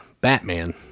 Batman